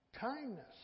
kindness